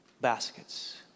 baskets